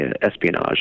espionage